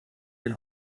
den